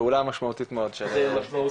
פעולה משמעותית מאוד של המשרד להגנת הסביבה.